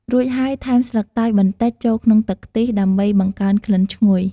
រួចហើយ ថែមស្លឹកតើយបន្តិចចូលក្នុងទឹកខ្ទិះ ដើម្បីបង្កើនក្លិនឈ្ងុយ។